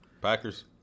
Packers